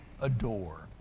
adore